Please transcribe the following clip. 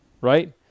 Right